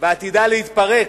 ועתידה להתפרק,